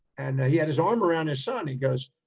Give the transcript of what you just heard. and he had his arm around his son. he goes,